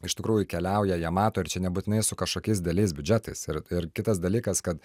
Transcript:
iš tikrųjų keliauja jie mato ir čia nebūtinai su kažkokiais dideliais biudžetais ir ir kitas dalykas kad